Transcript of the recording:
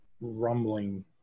rumbling